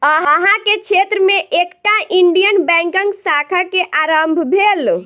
अहाँ के क्षेत्र में एकटा इंडियन बैंकक शाखा के आरम्भ भेल